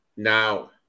Now